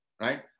Right